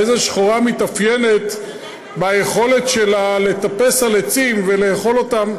והעז השחורה מתאפיינת ביכולת שלה לטפס על עצים ולאכול אותם,